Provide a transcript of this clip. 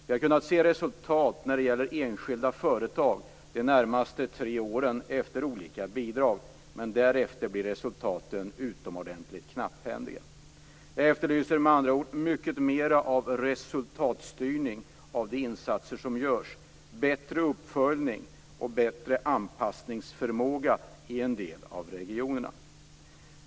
Vi har kunnat se resultat när det gäller enskilda företag de närmaste tre åren efter olika bidrag, men därefter blir resultaten utomordentligt knapphändiga. Jag efterlyser med andra ord mycket mer av resultatstyrning av de insatser som görs, bättre uppföljning och bättre anpassningsförmåga i en del av regionerna.